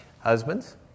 Husbands